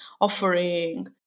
offering